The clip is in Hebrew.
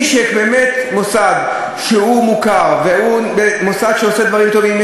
מי שהוא באמת מוסד מוכר והוא מוסד שעושה דברים טובים,